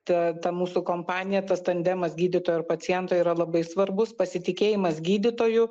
ta ta mūsų kompanija tas tandemas gydytojo ir paciento yra labai svarbus pasitikėjimas gydytoju